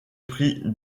prix